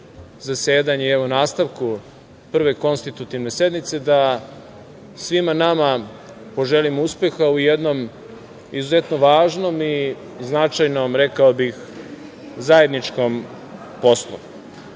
zasedanja i nastavku Prve konstitutivne sednice da svima nama poželim uspeha u jednom izuzetno važnom i značajnom, rekao bih, zajedničkom